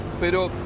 Pero